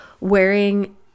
wearing